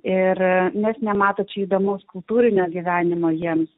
ir nes nemato čia įdomios kultūrinės gyvenimo jiems